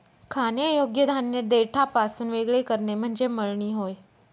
खाण्यायोग्य धान्य देठापासून वेगळे करणे म्हणजे मळणी होय